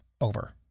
over